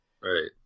Right